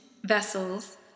vessels